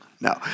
No